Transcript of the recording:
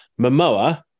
Momoa